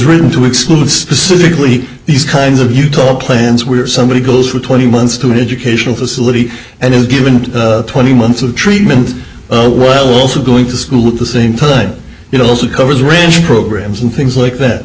written to exclude specifically these kinds of utah plans where somebody goes for twenty months to educational facility and is given twenty months of treatment while also going to school at the same time you know also covers a range of programs and things like that